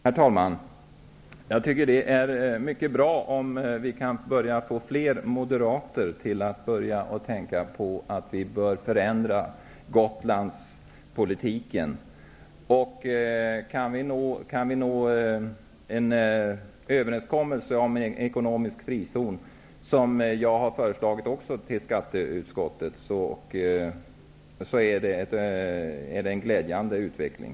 Herr talman! Det vore mycket bra om fler moderater började tänka på att vi bör förändra Gotlandspolitiken. Kan vi nå en överenskommelse om en ekonomisk frizon, vilket också jag har föreslagit i en motion som behandlas i skatteutskottet, så är det en glädjande utveckling.